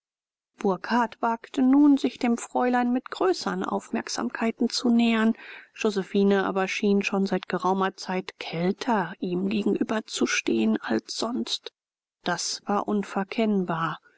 burkhardt wagte nun sich dem fräulein mit größern aufmerksamkeiten zu nähern josephine aber schien schon seit geraumer zeit kälter ihm gegenüber zu stehen als sonst das war unverkennbar